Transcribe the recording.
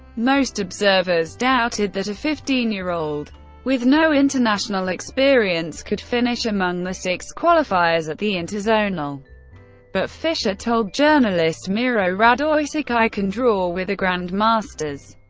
most observers doubted that a fifteen year old with no international experience could finish among the six qualifiers at the interzonal, but fischer told journalist miro radoicic, i can draw with the grandmasters,